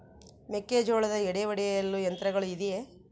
ಮೆಕ್ಕೆಜೋಳದ ಎಡೆ ಒಡೆಯಲು ಯಂತ್ರಗಳು ಇದೆಯೆ?